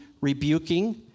rebuking